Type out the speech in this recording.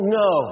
no